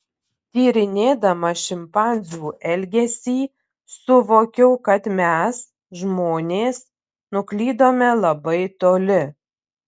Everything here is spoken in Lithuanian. tyrinėdama šimpanzių elgesį suvokiau kad mes žmonės nuklydome labai toli